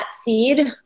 seed